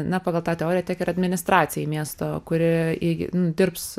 na pagal tą teoriją tiek ir administracijai miesto kuri įgy dirbs